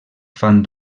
fan